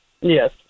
Yes